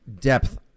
depth